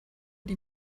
die